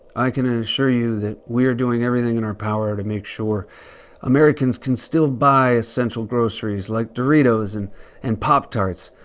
i can assure you that we're doing everything in our power to make sure americans can still buy essential groceries like doritos and and pop-tarts.